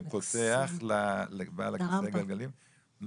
ופותח לבעל כיסא הגלגלים,